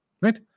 right